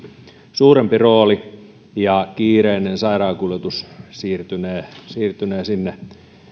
suurempi rooli ja kiireinen sairaankuljetus siirtynee siirtynee sinne